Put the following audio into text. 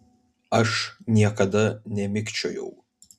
aš niekada nemikčiojau